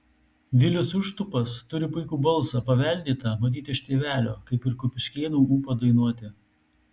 vilius užtupas turi puikų balsą paveldėtą matyt iš tėvelio kaip ir kupiškėnų ūpą dainuoti